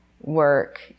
work